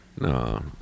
No